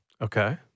Okay